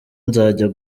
nzajya